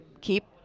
keep